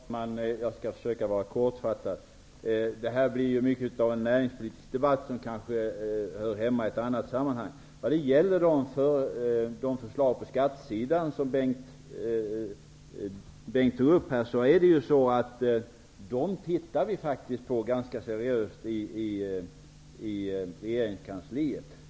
Herr talman! Jag skall försöka vara kortfattad. Det här tenderar att bli mycket av en näringspolitisk debatt, som kanske hör hemma i ett annat sammanhang. De förslag när det gäller skatter som Bengt Dalström tog upp tittar vi ganska seriöst på i regeringskansliet.